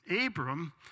Abram